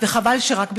וחבל שרק בשבועיים.